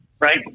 right